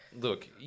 Look